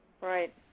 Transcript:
Right